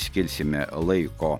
skirsime laiko